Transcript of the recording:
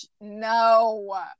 No